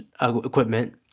Equipment